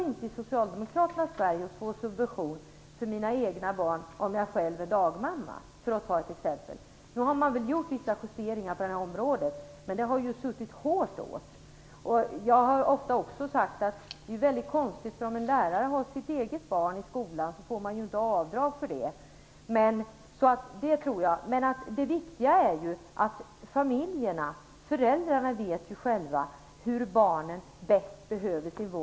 I socialdemokraternas Sverige kan jag inte få subvention för mina egna barn om jag själv är dagmamma. Det är ett exempel. Nu har man gjort vissa justeringar på detta område, men det har suttit hårt åt. Jag har ofta sagt att detta är mycket konstigt. En lärare som har sitt eget barn i skolan får ju inte avdrag för det. Det viktiga är att föräldrarna själva vet vilken vård och omsorg barnen bäst behöver.